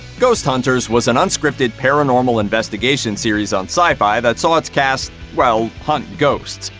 ghost hunters was an unscripted paranormal investigation series on syfy that saw its cast, well, hunt ghosts.